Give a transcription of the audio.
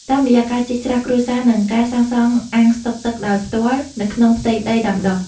តាមរយៈការជីកស្រះគ្រួសារ និងការសាងសង់អាងស្តុកទឹកដោយផ្ទាល់នៅក្នុងផ្ទៃដីដាំដុះ។